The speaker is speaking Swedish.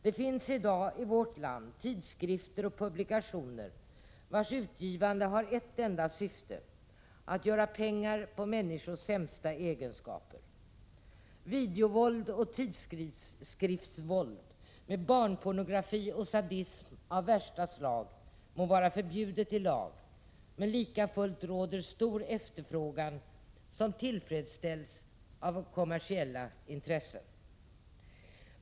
Det finns i dag i vårt land tidskrifter och publikationer vilkas utgivande har ett enda syfte: att göra pengar på människors sämsta egenskaper. Videovåld och tidskriftsvåld med barnpornografi och sadism av värsta slag må vara förbjudet i lag, men lika fullt råder stor efterfrågan, som tillfredsställs av kommersiella intressen.